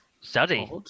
Study